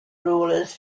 rulers